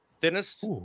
thinnest